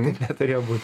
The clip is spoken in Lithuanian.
net neturėjo būt